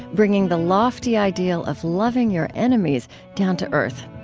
bringing the lofty ideal of loving your enemies down to earth.